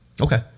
Okay